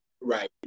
right